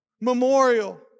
memorial